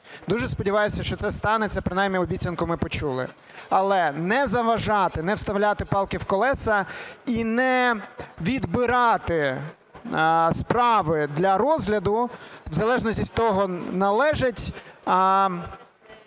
Дуже сподіваюся, що це станеться, принаймні обіцянку ми почули. Але не заважати, не вставляти палки в колеса і не відбирати справи для розгляду в залежності від того, належить